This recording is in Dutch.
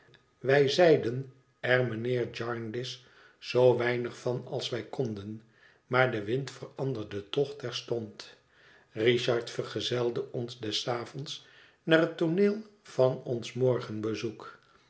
wij zeiden er mijnheer jarndyce zoo weinig van als wij konden maar de wind veranderde toch terstond richard vergezelde ons des avonds naar het tooneel van ons morgénbezoek